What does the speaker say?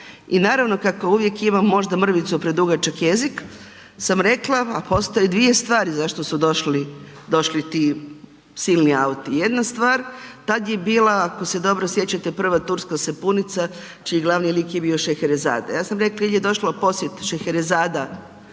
i naravno, kako uvijek imam možda mrvicu predugačak jezik sam rekla, a postoje dvije stvari zašto tu došli ti silni auti. Jedna stvar, tad je bila, ako se dobro sjećate, prva turska sapunica čiji glavni lik je bio Šeherezada. Ja sam rekla ili je došla u posjet Šeherezada